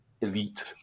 elite